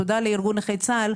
תודה לארגון נכי צה"ל,